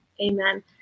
Amen